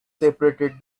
separated